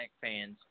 fans